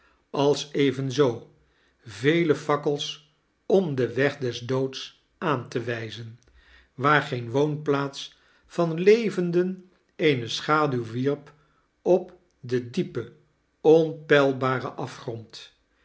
als evenzoo vele fakkels om den weg des doods aan te wijzen waar geen woonplaats van levenden eene schaduw wierp op den diepen onpeilharen afgrond